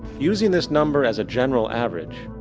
using this number as a general average,